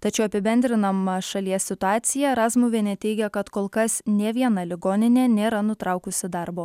tačiau apibendrinama šalies situacija razmuvienė teigia kad kol kas nė viena ligoninė nėra nutraukusi darbo